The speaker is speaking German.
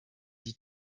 die